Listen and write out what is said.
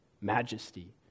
majesty